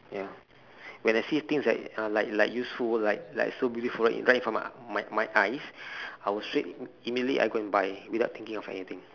ya when I see things like uh like like useful like like so beautiful right right in front of my my eyes I will straight immediately I go and buy without thinking of anything